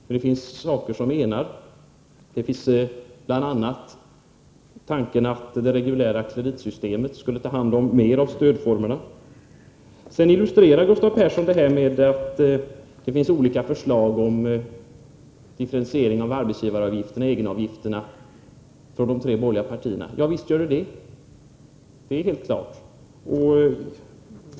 Men det finns också saker som enar, bl.a. tanken att det reguljära kreditsystemet skulle ta hand om mer av stödformerna. Gustav Persson illustrerar sin framställning med att det finns olika förslag från de tre borgerliga partierna om differentiering av egenavgifterna. Visst — det är helt klart.